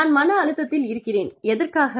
நான் மன அழுத்தத்தில் இருக்கிறேன் எதற்காக